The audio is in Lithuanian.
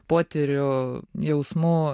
potyrių jausmų